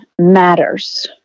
matters